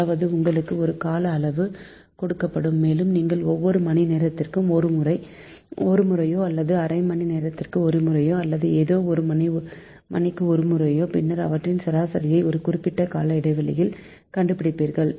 அதாவது உங்களுக்கு ஒரு கால அளவு கொடுக்கப்படும் மேலும் நீங்கள் ஓவ்வொரு மணி நேரத்திற்கு ஒரு முறையோ அல்லது அரைமணி நேரத்திற்கு ஒருமுறையோ அல்லது ஏதோ ஒரு மணிக்கு ஒருமுறை பின்னர் அவற்றின் சராசரியை ஒரு குறிப்பிட்ட கால இடைவெளியில் கண்டுபிடிப்பீர்கள்